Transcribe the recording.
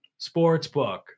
sportsbook